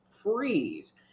Freeze